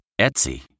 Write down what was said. Etsy